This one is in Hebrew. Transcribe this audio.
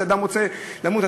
כשאדם רוצה למות,